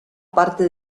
parte